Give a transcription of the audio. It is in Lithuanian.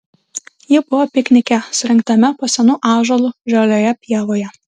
ji buvo piknike surengtame po senu ąžuolu žalioje pievoje